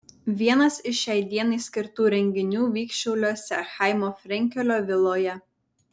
vienas iš šiai dienai skirtų renginių vyks šiauliuose chaimo frenkelio viloje